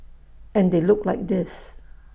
and they look like this